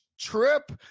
trip